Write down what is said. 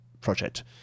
project